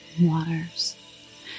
waters